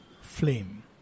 flame